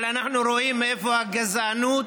אבל אנחנו רואים מאיפה הגזענות